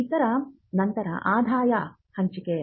ಇದರ ನಂತರ ಆದಾಯ ಹಂಚಿಕೆ